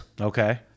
Okay